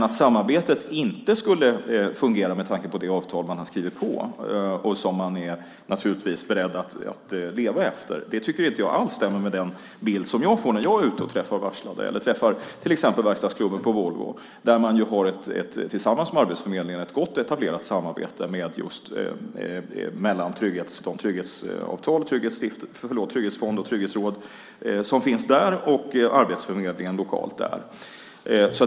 Att samarbetet inte skulle fungera med tanke på det avtal man skrivit på och som man givetvis är beredd att leva efter tycker jag inte alls stämmer med den bild som jag får när jag är ute och träffar varslade, eller till exempel träffar verkstadsklubben på Volvo där man har ett gott och etablerat samarbete just mellan Trygghetsfonden, Trygghetsrådet och Arbetsförmedlingen lokalt.